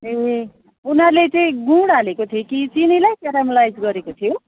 ए उनीहरूले चाहिँ गुड हालेको थियो कि चिनीलाई केरमलाइज्ड गरेको थियो